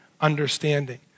understanding